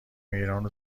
ایرانو